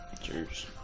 Cheers